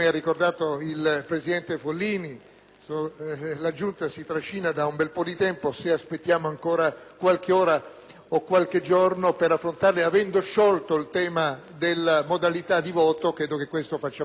la Giunta si trascina da un bel po' di tempo. Se aspettiamo ancora qualche ora o qualche giorno per affrontarli, avendo sciolto il tema delle modalità di voto, credo che faremmo bene al Senato. *(Applausi dal